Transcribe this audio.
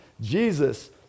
Jesus